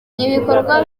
ibikorwa